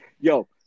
yo